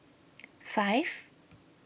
five